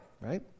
right